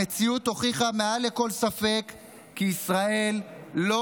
המציאות הוכיחה מעל לכל ספק כי ישראל לא